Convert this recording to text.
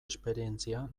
esperientzia